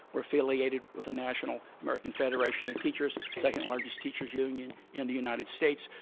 we're affiliated with the national american federation of teachers, second largest teachers union in the united states.